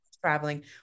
traveling